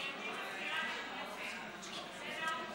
גברתי מזכירת הכנסת, זה נהוג